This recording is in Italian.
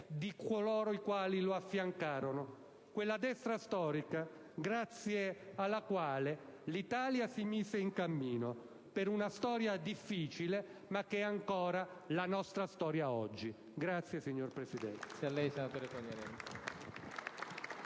di coloro i quali lo affiancarono: quella Destra storica grazie alla quale l'Italia si mise in cammino per una storia difficile ma che è ancora la nostra storia oggi. *(Applausi dai